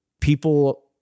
People